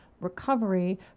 recovery